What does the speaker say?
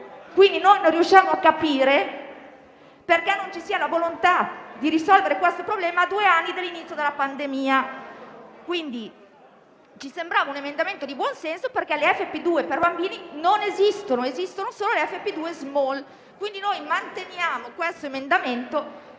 euro. Non riusciamo a capire perché non ci sia la volontà di risolvere questo problema a due anni dall'inizio della pandemia. Quello in esame ci sembrava un emendamento di buon senso, perché si sa che le FFP2 per bambini non esistono, ma ci sono solo le FFP2 *small*. Quindi manteniamo questo emendamento